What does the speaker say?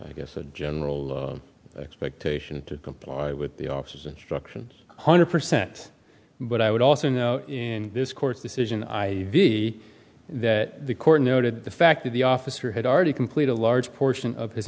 i guess a general expectation to comply with the officer's instructions hundred percent but i would also note in this court's decision i v that the court noted the fact that the officer had already completed a large portion of his